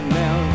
now